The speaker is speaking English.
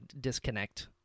disconnect